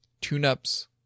tune-ups